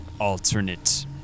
alternate